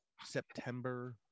September